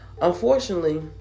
Unfortunately